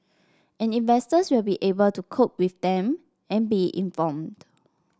and investors will be able to cope with them and be informed